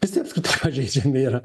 visi apskritai pažeidžiami yra